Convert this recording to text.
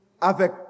avec